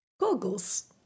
goggles